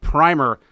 Primer